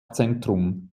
zentrum